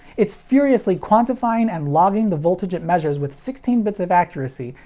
it's furiously quantifying and logging the voltage it measures with sixteen bits of accuracy,